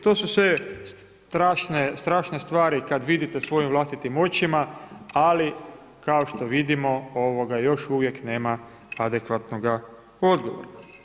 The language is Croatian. To su sve strašne stvari kad vidite svojim vlastitim očima, ali kao što vidimo još uvijek nema adekvatnog odgovora.